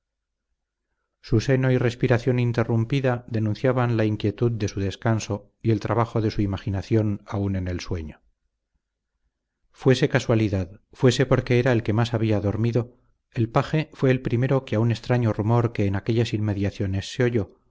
su seno y su respiración interrumpida denunciaban la inquietud de su descanso y el trabajo de su imaginación aun en el sueño fuese casualidad fuese porque era el que más había dormido el paje fue el primero que a un extraño rumor que en aquellas inmediaciones se oyó